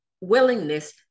willingness